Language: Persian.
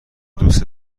دوست